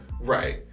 Right